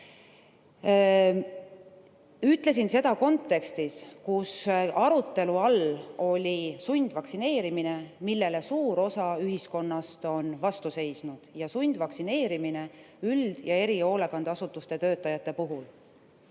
Ütlesin seda kontekstis, kus arutelu all oli sundvaktsineerimine, millele suur osa ühiskonnast on vastu seisnud, ja sundvaktsineerimine üld‑ ja erihoolekandeasutuste töötajate puhul.